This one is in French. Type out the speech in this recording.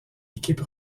équipe